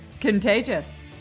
contagious